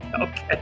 Okay